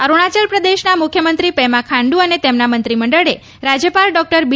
અરૂણાચલ પ્રદેશના મુખ્યમંત્રી પેમા ખાંડુ અને તેમના મંત્રીમંડળે રાજ્યપાલ ડૉક્ટર બી